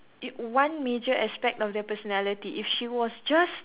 if one major aspect of their personality if she was just